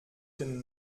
den